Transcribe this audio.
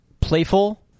playful